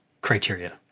criteria